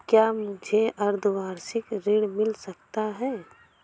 क्या मुझे अर्धवार्षिक ऋण मिल सकता है?